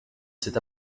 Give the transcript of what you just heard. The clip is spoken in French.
cet